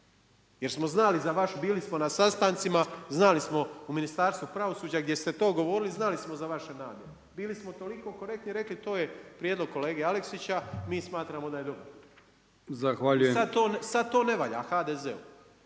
jer smo znači za vaš, bili smo na sastancima znali smo u Ministarstvu pravosuđa gdje ste to govorili, znali smo za vaše namjere. Bili smo toliko korektni i rekli to je prijedlog kolege Aleksića, mi smatramo da je dobar i sada to ne valja HDZ-u.